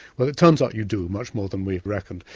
well, it turns out you do, much more than we'd reckoned.